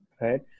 Right